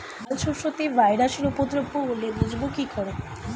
ডাল শস্যতে ভাইরাসের উপদ্রব হলে বুঝবো কি করে?